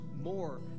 more